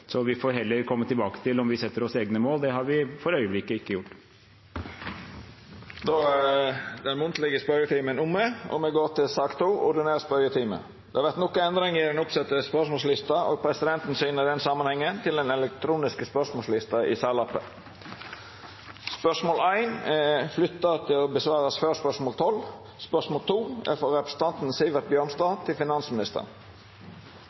Så vi får heller komme tilbake til om vi setter oss egne mål. Det har vi for øyeblikket ikke gjort. Den munnlege spørjetimen er omme, og me går over til den ordinære spørjetimen. Det vert nokre endringar i den oppsette spørsmålslista, og presidenten syner i den samanhengen til den elektroniske spørsmålslista. Endringane var desse: Spørsmål 1, frå representanten Frank Edvard Sve til finansministeren, er